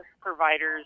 providers